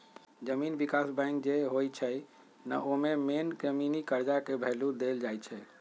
जमीन विकास बैंक जे होई छई न ओमे मेन जमीनी कर्जा के भैलु देल जाई छई